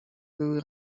były